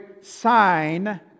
sign